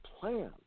plan